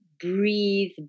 breathe